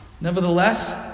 Nevertheless